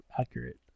accurate